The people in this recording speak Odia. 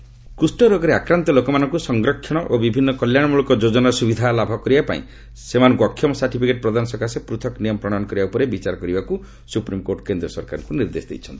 ଏସ୍ସି ଲେପ୍ରସି କୁଷରୋଗରେ ଆକ୍ରାନ୍ତ ଲୋକମାନଙ୍କୁ ସଂରକ୍ଷଣ ଓ ବିଭିନ୍ନ କଲ୍ୟାଣମଳକ ଯୋଜନାର ସୁବିଧା ଲାଭ କରିବାପାଇଁ ସେମାନଙ୍କୁ ଅକ୍ଷମ ସାର୍ଟିଫିକେଟ୍ ପ୍ରଦାନ ସକାଶେ ପୃଥକ୍ ନିୟମ ପ୍ରଶୟନ କରିବା ଉପରେ ବିଚାର କରିବାଲାଗି ସୁପ୍ରିମ୍କୋର୍ଟ କେନ୍ଦ୍ର ସରକାରଙ୍କୁ ନିର୍ଦ୍ଦେଶ ଦେଇଛନ୍ତି